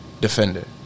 defender